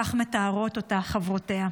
כך מתארות אותה חברותיה.